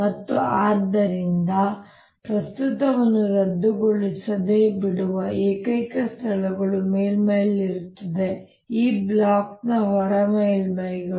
ಮತ್ತು ಆದ್ದರಿಂದ ಪ್ರಸ್ತುತವನ್ನು ರದ್ದುಗೊಳಿಸದೆ ಬಿಡುವ ಏಕೈಕ ಸ್ಥಳಗಳು ಮೇಲ್ಮೈಗಳಲ್ಲಿರುತ್ತವೆ ಈ ಬ್ಲಾಕ್ನ ಹೊರ ಮೇಲ್ಮೈಗಳು